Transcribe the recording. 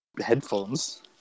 headphones